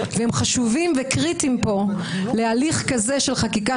והם חשובים וקריטיים פה להליך של חקיקה